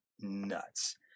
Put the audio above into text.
nuts